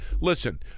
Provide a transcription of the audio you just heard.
Listen